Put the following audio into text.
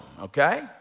Okay